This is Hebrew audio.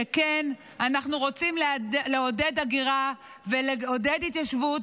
שכן אנחנו רוצים לעודד הגירה ולעודד התיישבות